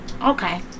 okay